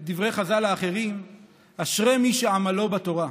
את דברי חז"ל האחרים "אשרי מי שעמלו בתורה"